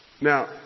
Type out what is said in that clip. Now